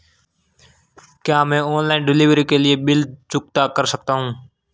क्या मैं online delivery के भी बिल चुकता कर सकता हूँ?